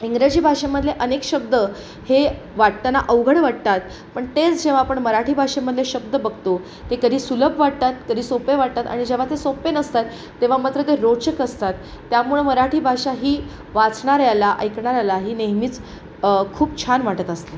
इंग्रजी भाषेमधले अनेक शब्द हे वाटताना अवघड वाटतात पण तेच जेव्हा आपण मराठी भाषेमधले शब्द बघतो ते कधी सुलभ वाटतात कधी सोपे वाटतात आणि जेव्हा ते सोपे नसतात तेव्हा मात्र ते रोचक असतात त्यामुळं मराठी भाषा ही वाचणाऱ्याला ऐकणाऱ्याला ही नेहमीच खूप छान वाटत असते